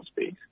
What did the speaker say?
space